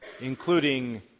including